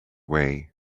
way